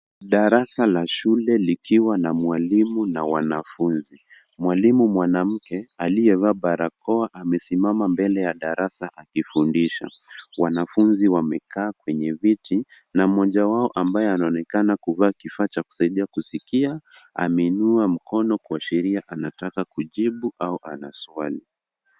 Darasa la shule likiwa na mwalimu na wanafunzi. Mwalimu mwanamke aliyevaa barakoa amesimama mbele ya darasa akifundisha. Wanafunzi wamekaa kwenye viti na mmoja wao ambaye anaonekana kuvaa kifaa cha kusaidia kusikia, ameinua mkono kuashiria anataka kujibu au ana swali